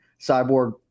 cyborg